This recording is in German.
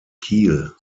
kiel